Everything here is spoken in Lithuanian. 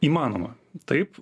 įmanoma taip